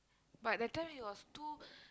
but that time he was too